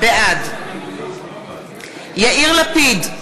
בעד יאיר לפיד,